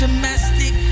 Domestic